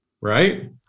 right